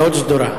מאוד סדורה.